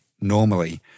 normally